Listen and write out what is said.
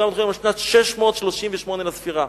אנחנו מדברים על שנת 638 לספירה.